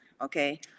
okay